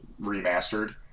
remastered